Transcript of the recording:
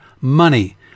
money